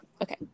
okay